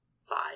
five